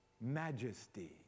Majesty